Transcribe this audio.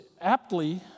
aptly